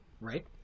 right